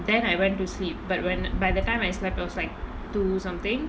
then I went to sleep but when by the time I slept it was like two something